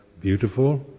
beautiful